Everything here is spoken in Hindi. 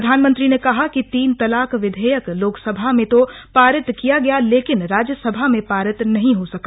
प्रधानमंत्री ने कहा कि तीन तलाक विधेयक लोकसभा में तो पारित किया गया लेकिन राज्यसभा में पारित नहीं हो सका